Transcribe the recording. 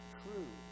true